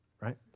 right